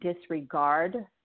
disregard